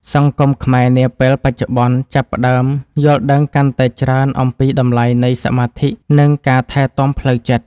សង្គមខ្មែរនាពេលបច្ចុប្បន្នចាប់ផ្តើមយល់ដឹងកាន់តែច្រើនអំពីតម្លៃនៃសមាធិ និង ការថែទាំផ្លូវចិត្ត។